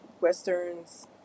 Westerns